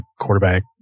quarterback